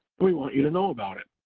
we want you to know about it.